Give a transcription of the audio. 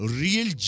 real